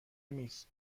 میز